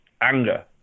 anger